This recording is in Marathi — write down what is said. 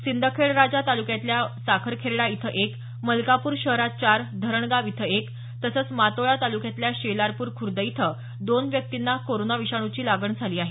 सिंदखेडराजा तालुक्यातल्या साखरखेर्डा इथं एक मलकापूर शहरात चार धरणगाव इथं एक तसंच मोताळा तालुक्यातल्या शेलापूर खुर्द इथं दोन व्यक्तींना कोरोना विषाणूची लागण झाली आहे